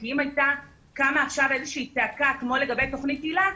כי אם הייתה קמה עכשיו צעקה כמו לגבי תוכנית היל"ה,